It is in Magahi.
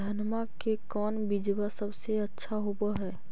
धनमा के कौन बिजबा सबसे अच्छा होव है?